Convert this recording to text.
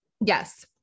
Yes